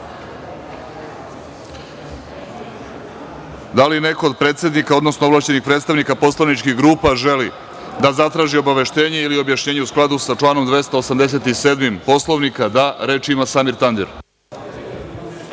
li neko od predsednika, odnosno ovlašćenih predstavnika poslaničkih grupa želi da zatraži obaveštenje ili objašnjenje u skladu sa članom 287. Poslovnika? Reč ima narodni